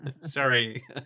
Sorry